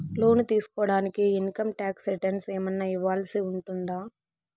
లోను తీసుకోడానికి income tax returns ఏమన్నా ఇవ్వాల్సి ఉంటుందా